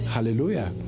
Hallelujah